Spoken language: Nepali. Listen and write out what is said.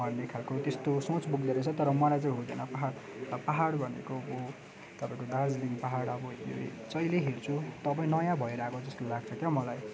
भन्ने खालको त्यस्तो सोच बोग्दोरहेछ तर मलाई चाहिँ हुँदैन पाहाड अब पाहाड भनेको अब तपाईँको दार्जिलिङ पाहाड अब हेरेर जहिले हेर्छु तब नयाँ भएर आएको जस्तो लाग्छ क्या हो मलाई